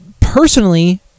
personally